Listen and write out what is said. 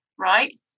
right